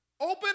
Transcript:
open